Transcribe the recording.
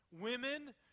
women